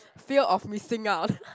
fear of missing out